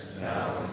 now